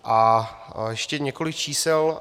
A ještě několik čísel.